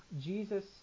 Jesus